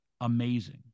amazing